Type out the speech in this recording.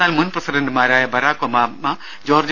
എന്നാൽ മുൻ പ്രസിഡന്റുമാരായ ബറാക്ക് ഒബാമ ജോർജ്ജ്